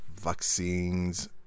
vaccines